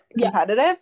competitive